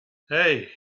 hey